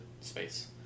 space